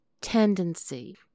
tendency